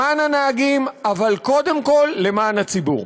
למען הנהגים, אבל קודם כול למען הציבור.